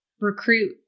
recruit